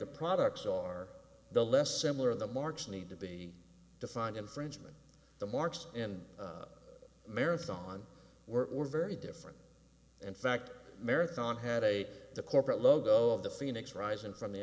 the products are the less similar the marks need to be defined infringement the marks and marathon were very different in fact marathon had a the corporate logo of the phoenix rising from the